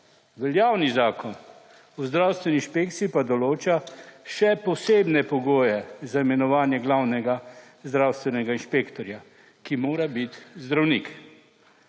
Veljavni zakon o zdravstveni inšpekciji pa določa še posebne pogoje za imenovanje glavnega zdravstvenega inšpektorja, ki mora biti zdravnik.